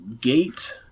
gate